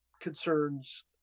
concerns